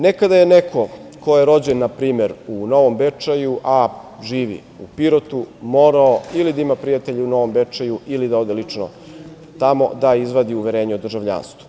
Nekada je neko ko je rođen npr. u Novom Bečeju, a živi u Pirotu, morao ili da ima prijatelje u Novom Bečeju ili da ode lično tamo da izvadi uverenje o državljanstvu.